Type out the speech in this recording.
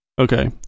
Okay